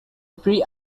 free